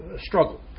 struggle